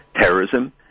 terrorism